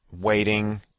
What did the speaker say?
Waiting